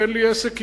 אין לי עסק אתו,